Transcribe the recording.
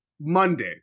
Monday